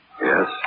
Yes